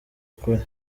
ukuri